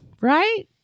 right